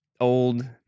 old